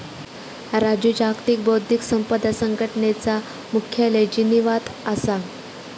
राजू जागतिक बौध्दिक संपदा संघटनेचा मुख्यालय जिनीवात असा